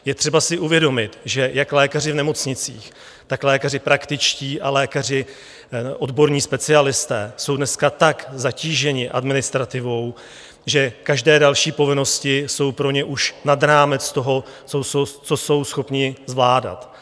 Je třeba si uvědomit, že jak lékaři v nemocnicích, tak lékaři praktičtí a lékaři odborní specialisté jsou dneska tak zatíženi administrativou, že každé další povinnosti jsou pro ně už nad rámec toho, co jsou schopni zvládat.